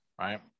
right